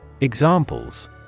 Examples